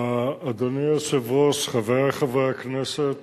אדוני היושב-ראש, חברי חברי הכנסת,